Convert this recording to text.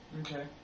Okay